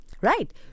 Right